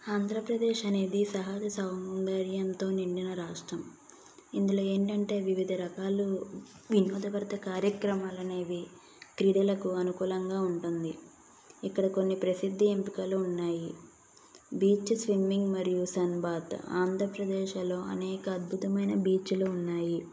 ఆంధ్రప్రదేశ్ అనేది సహజ సౌందర్యంతో నిండిన రాష్ట్రం ఇందులో ఏంటంటే వివిధ రకాలు వినోదభరిత కార్యక్రమాలు అనేవి క్రీడలకు అనుకూలంగా ఉంటుంది ఇక్కడ కొన్ని ప్రసిద్ధి ఎంపికలు ఉన్నాయి బీచ్ స్విమ్మింగ్ మరియు సన్బాత్ ఆంధ్రప్రదేశ్లో అనేక అద్భుతమైన బీచ్లు ఉన్నాయి